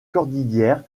cordillère